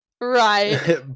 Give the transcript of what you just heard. Right